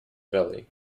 belly